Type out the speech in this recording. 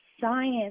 science